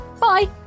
Bye